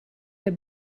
der